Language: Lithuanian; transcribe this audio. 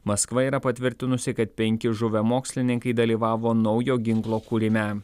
maskva yra patvirtinusi kad penki žuvę mokslininkai dalyvavo naujo ginklo kūrime